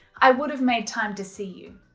i would have made time to see you.